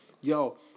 Yo